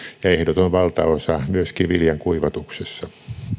ja ehdoton valtaosa myöskin viljan kuivatuksessa